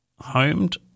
Homed